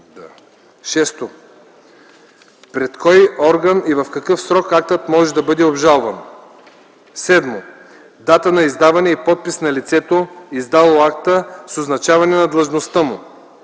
6. пред кой орган и в какъв срок актът може да бъде обжалван; 7. дата на издаване и подпис на лицето, издало акта, с означаване на длъжността му.